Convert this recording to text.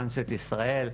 טראנסיות ישראל,